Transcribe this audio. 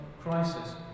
crisis